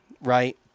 right